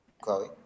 Chloe